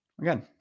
again